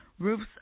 Roofs